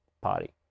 party